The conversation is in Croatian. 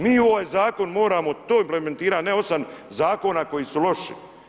Mi u ovaj zakon moramo to implementirati a ne 8 zakona koji su loši.